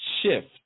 Shift